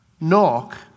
Knock